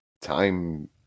Time